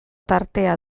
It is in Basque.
tartea